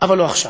אבל לא עכשיו.